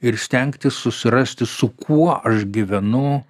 ir stengtis susirasti su kuo aš gyvenu